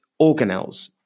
organelles